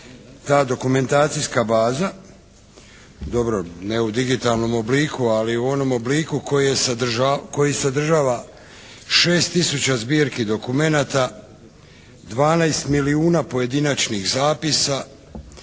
ta dokumentacijska baza. Dobro, ne u digitalnom obliku ali u onom obliku koji sadržava 6 tisuća zbirki dokumenata, 12 milijuna pojedinačnih zapisa,